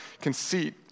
conceit